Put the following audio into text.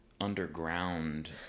underground